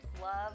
love